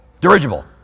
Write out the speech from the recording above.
dirigible